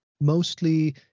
mostly